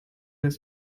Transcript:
has